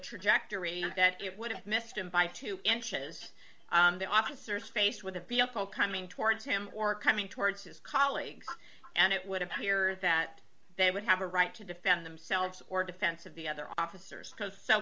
trajectory and that it would have missed him by two inches the officer is faced with a beat up all coming towards him or coming towards his colleagues and it would appear that they would have a right to defend themselves or defense of the other officers because so